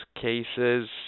cases